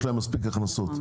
יש להם מספיק הכנסות.